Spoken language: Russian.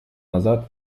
назад